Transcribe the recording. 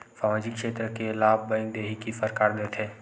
सामाजिक क्षेत्र के लाभ बैंक देही कि सरकार देथे?